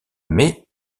mets